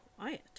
quiet